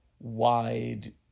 Wide